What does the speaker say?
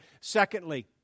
Secondly